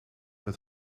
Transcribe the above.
het